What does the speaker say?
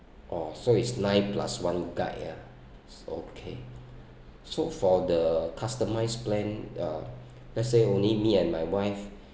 oh so it's nine plus one guide ah okay so for the customized plan uh let's say only me and my wife